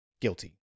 guilty